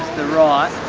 the right